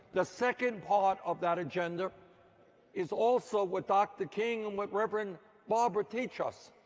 the second part of that agenda is also what dr. king and what reverend barber teach us.